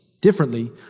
differently